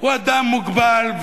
הוא אדם מוגבל,